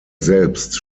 selbst